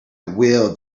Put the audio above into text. will